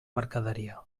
mercaderia